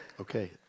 Okay